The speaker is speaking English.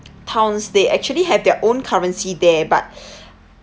towns they actually have their own currency there but